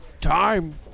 time